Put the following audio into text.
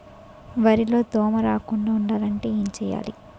వరిలో దోమ రాకుండ ఉండాలంటే ఏంటి చేయాలి?